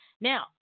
Now